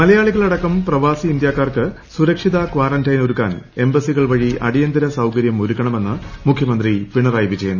മലയാളികളടക്കം പ്രവാസി ഇന്ത്യക്കാർക്ക് സുരക്ഷിത ക്വാറന്റൈൻ ഒരുക്കാൻ എംബസികൾ വഴി അടിയന്തര സൌകരൃം ഒരുക്കണമെന്ന് മുഖ്യമന്ത്രി പിണറായി വിജയൻ